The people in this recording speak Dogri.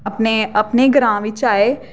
अपने अपने ग्रांऽ बिच आए